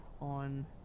on